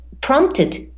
prompted